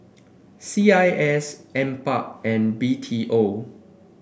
C I S NPARK and B T O